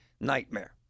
nightmare